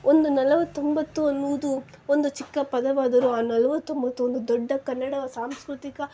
ಒಂದು ನಲ್ವತ್ತೊಂಬತ್ತು ಅನ್ನುವುದು ಒಂದು ಚಿಕ್ಕ ಪದವಾದರೂ ಆ ನಲ್ವತ್ತೊಂಬತ್ತು ಒಂದು ದೊಡ್ಡ ಕನ್ನಡ ಸಾಂಸ್ಕೃತಿಕ